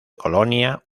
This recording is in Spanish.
colonia